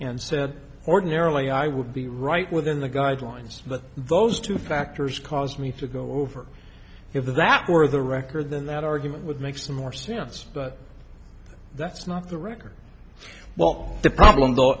and said ordinarily i would be right within the guidelines but those two factors cause me to go over if that were the record then that argument with makes more sense but that's not the record well the problem though